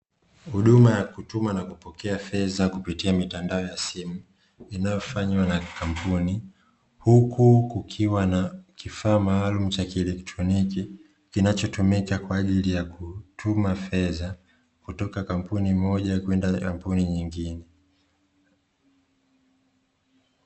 Huduma ya kutuma na kupokea fedha kupitia mitandao ya simu, inayofanywa na kampuni. Huku kukiwa na kifaa maalumu cha kielektroniki, kinachotumika kwa ajili ya kutuma fedha kutoka kampuni moja kwenda kampuni nyingine.